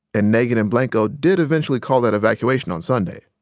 and nagin and blanco did eventually call that evacuation on sunday.